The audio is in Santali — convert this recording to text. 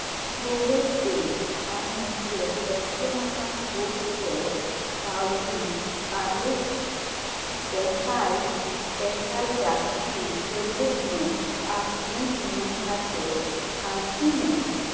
ᱜᱩᱜᱳᱞ ᱯᱮ ᱟᱨ ᱢᱩᱪᱟᱹᱫ ᱮᱥᱠᱮᱱ ᱟᱠᱟᱱ ᱠᱳᱰᱛᱮ ᱠᱟᱹᱣᱰᱤ ᱟᱨᱮᱥ ᱯᱮᱥᱟᱭ ᱯᱮᱥᱟᱭ ᱡᱟᱹᱥᱛᱤ ᱥᱮᱞᱦᱮᱫ ᱢᱮ ᱟᱨ ᱴᱤᱯ ᱢᱮᱱ ᱠᱟᱛᱮᱫ ᱟᱲᱛᱤ ᱢᱮ